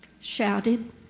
shouted